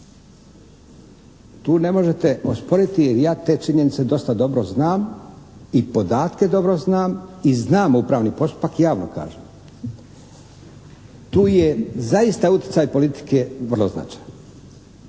Tu ne možete osporiti jer ja te činjenice dosta dobro znam i podatke dobro znam i znam upravni postupak, javno kažem. Tu je zaista utjecaj politike vrlo značajan,